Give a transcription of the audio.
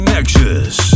Nexus